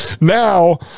now